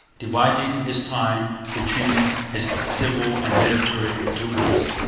dividing his time between his civil and military duties,